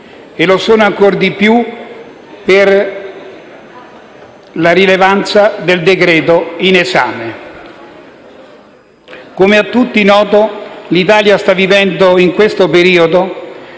e lo sono ancora di più per la rilevanza del decreto in esame. Come è a tutti noto, l'Italia sta vivendo in questo periodo